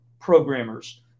programmers